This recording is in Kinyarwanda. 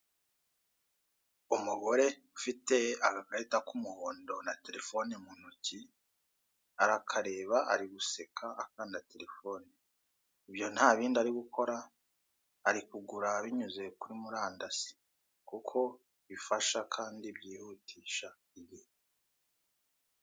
Umugore ufite agakarita k'umuhondo na telefone mu ntoki, arakareba, ari guseka, akanda telefone, ibyo nta bindi ari gukora, ari kugura binyuze kuri murandasi, kuko bifasha kandi byihutisha ibintu.